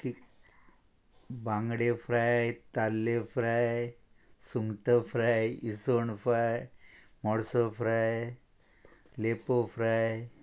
बांगडे फ्राय ताल्ले फ्राय सुंगटां फ्राय इसवण फ्राय मोडसो फ्राय लेपो फ्राय